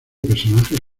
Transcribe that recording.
personajes